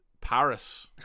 paris